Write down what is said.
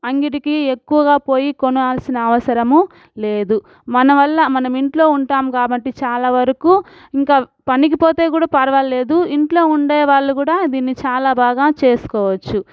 అంగడికి ఎక్కువగా పోయి కొనాల్సిన అవసరం లేదు మన వల్ల మనం ఇంట్లో ఉంటాము కాబట్టి చాలా వరకు ఇంకా పనికి పోతే కూడా పరవాలేదు ఇంట్లో ఉండే వాళ్ళు కూడా దీన్ని చాలా బాగా చేసుకోవచ్చు